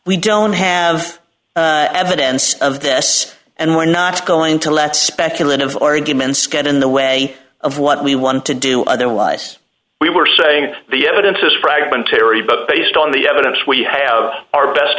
we don't have evidence of this and we're not going to let speculative arguments get in the way of what we want to do otherwise we were saying the evidence is fragmentary but based on the evidence we have our best